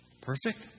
Perfect